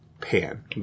pan